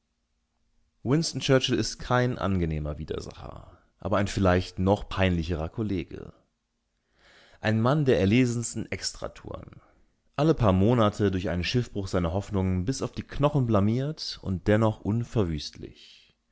churchill ist kein angenehmer widersacher aber ein vielleicht noch peinlicherer kollege ein mann der erlesensten extratouren alle paar monate durch einen schiffbruch seiner hoffnungen bis auf die knochen blamiert und dennoch unverwüstlich